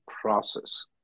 process